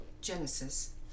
Genesis